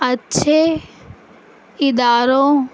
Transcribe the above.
اچھے اداروں